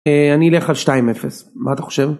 אני אלך על 2-0.מה אתה חושב?